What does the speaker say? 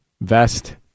vest